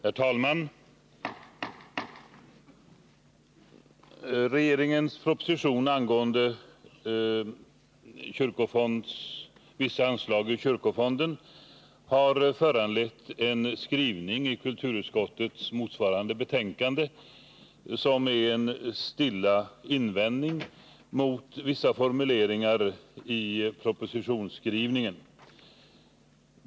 Herr talman! Regeringens proposition angående vissa anslag ur kyrkofonden har föranlett en skrivning i kulturutskottets betänkande nr 30, som kan sägas vara en stilla invändning mot vissa formuleringar i propositionen.